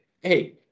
hey